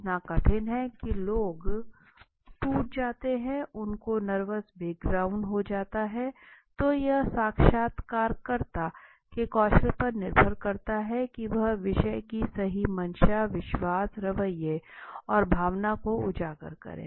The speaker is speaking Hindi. इतना कठिन है कि लोग टूट जाते हैं उनको नर्वस ब्रेकडाउन हो जाता है तो यह साक्षात्कारकर्ता के कौशल पर निर्भर करता है कि वह विषय की सही मंशा विश्वास रवैये और भावना को उजागर करें